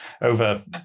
over